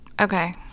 Okay